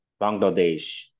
Bangladesh